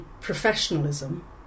professionalism